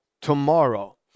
tomorrow